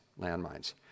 landmines